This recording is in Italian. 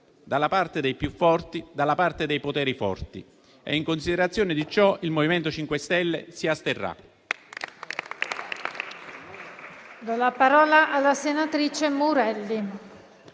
dalla parte dei più forti e dalla parte dei poteri forti. In considerazione di ciò, il MoVimento 5 Stelle si asterrà.